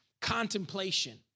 Contemplation